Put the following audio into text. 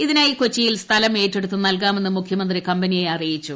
ഇതിനായി കൊച്ചിയിൽ ്സ്ഥലം ഏറ്റെടുത്ത് നൽകാമെന്ന് മുഖ്യമന്ത്രി കമ്പനിയെ അറിയിച്ചു